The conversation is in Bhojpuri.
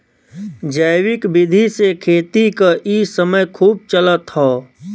जैविक विधि से खेती क इ समय खूब चलत हौ